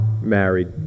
married